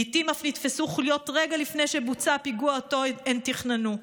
לעיתים אף נתפסו חוליות רגע לפני שבוצע הפיגוע שאותו תכננו.